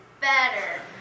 Better